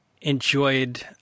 enjoyed